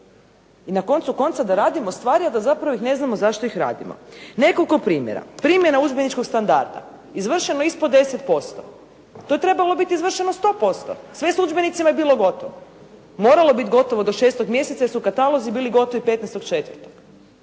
I na koncu konca da radimo stvari, a da zapravo niti ne znamo zašto ih radimo. Nekoliko primjera. Primjena udžbeničkog standarda, izvršeno ispod 10%. To je trebalo biti izvršeno 100%. Sve s udžbenicima je bilo gotovo. Moralo biti gotovo do 6. mjeseca jer su katalozi bili gotovi 15.4.